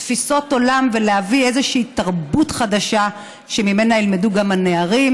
תפיסות עולם ולהביא איזושהי תרבות חדשה שממנה ילמדו גם הנערים,